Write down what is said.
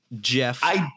jeff